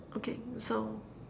okay so